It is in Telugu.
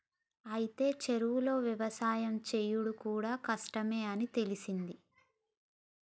అయితే చెరువులో యవసాయం సేసుడు కూడా కష్టమే అని తెలిసింది